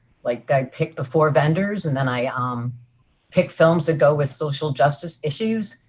like i pick the four vendors and then i um pick films that go with social justice issues,